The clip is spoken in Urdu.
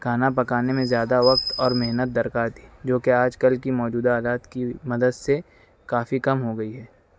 کھانا پکانے میں زیادہ وقت اور محنت درکار تھی جو کہ آج کل کی موجودہ آلات کی مدد سے کافی کم ہو گئی ہے